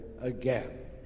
again